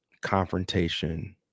confrontation